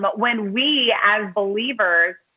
but when we as believers